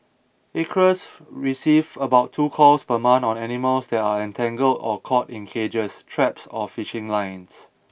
Acres receives about two calls per month on animals that are entangled or caught in cages traps or fishing lines